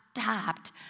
stopped